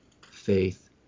faith